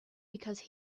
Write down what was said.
because